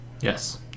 Yes